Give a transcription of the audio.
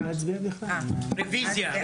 רוויזיה.